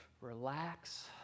relax